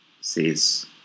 says